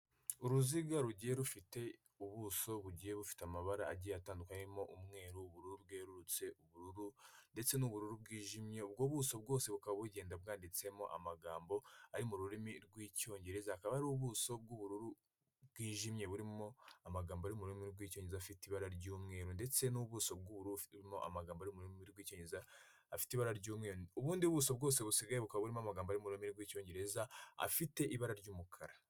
Uruziga rugiye rufite ubuso bugiye bufite amabara agiye atandukanye, arimo umweru, ubururu bwerurutse, ubururu ndetse n'ubururu bwijimye. Ubwo buso bwose bukaba bugenda bwanditsemo amagambo ari mu rurimi rw'Icyongereza; akaba ari ubuso bw'ubururu bwijimye burimo amagambo ari muri ururimi rw'Icyongereza afite ibara ry'umweru, ndetse n'ubuso bw'ubururu bufitemo amagambo ari murimi rw'Icyongereza afite ibara ry'umweru; ubundi buso bwose busigaye buka burimo amagambo ariururimi rw'icyongereza afite ibara ry'umukara